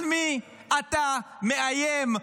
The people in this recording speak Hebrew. על מי אתה מאיים,